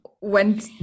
went